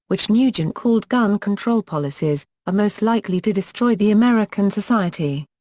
which nugent called gun control policies, are most likely to destroy the american society.